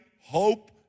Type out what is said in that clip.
hope